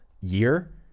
year